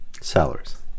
salaries